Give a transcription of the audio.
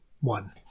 one